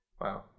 Wow